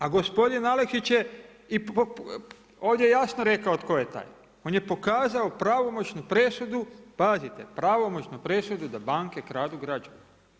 A gospodin Aleksić je i ovdje jasno rekao tko je taj, on je pokazao pravomoćnu presudu, pazite pravomoćnu presudu da banke kradu građane.